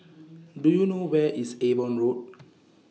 Do YOU know Where IS Avon Road